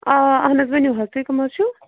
آ اَہَن حظ ؤنِو حظ تُہۍ کٕم حظ چھُو